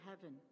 heaven